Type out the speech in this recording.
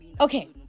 okay